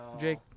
Jake